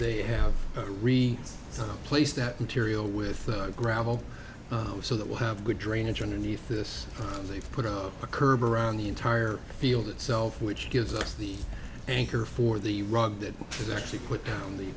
they have re some place that material with gravel so that will have good drainage underneath this time they've put up a curb around the entire field itself which gives us the anchor for the rug that was actually put down the